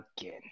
again